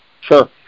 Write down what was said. Sure